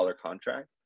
contract